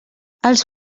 els